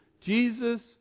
Jesus